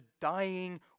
dying